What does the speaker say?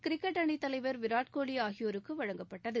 cricket அணித் தலைவா் விராட்கோலி ஆகியோருக்கு வழங்கப்பட்டது